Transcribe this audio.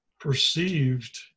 perceived